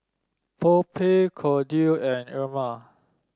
Phoebe Kordell and Irma